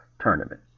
Tournament